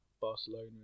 Barcelona